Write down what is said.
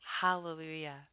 hallelujah